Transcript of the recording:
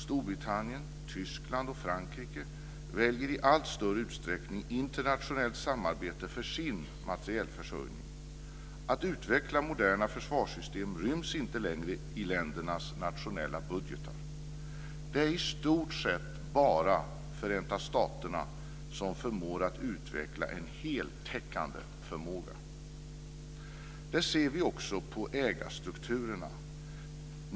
Storbritannien, Tyskland och Frankrike väljer i allt större utsträckning internationellt samarbete för sin materielförsörjning. Att utveckla moderna försvarssystem ryms inte längre i ländernas nationella budget. Det är i stort sett bara Förenta staterna som förmår att utveckla en heltäckande förmåga. Det ser vi också på ägarstrukturerna.